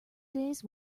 days